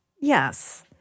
yes